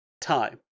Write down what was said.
time